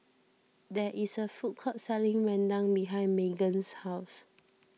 there is a food court selling Rendang behind Meggan's house